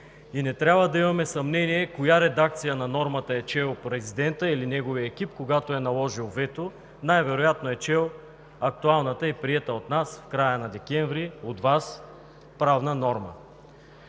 И не трябва да имаме съмнение коя редакция на нормата е чел президентът или неговият екип, когато е наложил вето. Най-вероятно е чел актуалната и приета от нас, от Вас в края на месец декември правна норма.